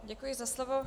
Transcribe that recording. Děkuji za slovo.